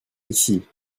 ici